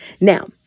Now